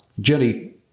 Jenny